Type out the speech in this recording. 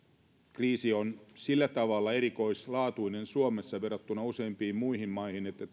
kriisi on sillä tavalla erikoislaatuinen suomessa verrattuna useimpiin muihin maihin että